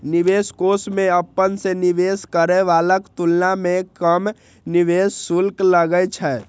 निवेश कोष मे अपना सं निवेश करै बलाक तुलना मे कम निवेश शुल्क लागै छै